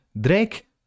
Drake